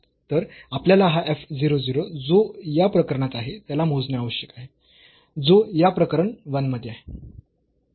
तर आपल्याला हा f 0 0 जो या प्रकरणात आहे त्याला मोजणे आवश्यक आहे जो या प्रकरण 1 मध्ये आहे